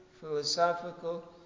philosophical